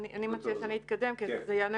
אני מציעה שאני אתקדם כי זה יענה